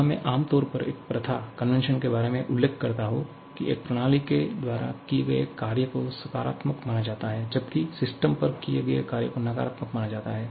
यहां मैं आमतौर पर एक प्रथा के बारे में उल्लेख करता हूं की एक प्रणाली के द्वारा किए गए कार्य को सकारात्मक माना जाता है जबकि सिस्टम पर किए गए कार्य को नकारात्मक माना जाता है